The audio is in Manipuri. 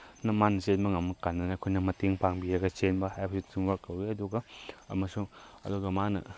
ꯑꯗꯨꯅ ꯃꯥꯅ ꯆꯦꯟꯕ ꯉꯝꯃꯀꯥꯟꯗꯅ ꯑꯩꯈꯣꯏꯅ ꯃꯇꯦꯡ ꯄꯥꯡꯕꯤꯔꯒ ꯆꯦꯟꯕ ꯍꯥꯏꯕꯁꯤ ꯇꯤꯝꯋꯥꯔꯛ ꯀꯧꯋꯦ ꯑꯗꯨꯒ ꯑꯃꯁꯨꯡ ꯑꯗꯨꯒ ꯃꯥꯅ